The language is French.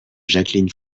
jacqueline